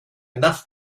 enough